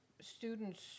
students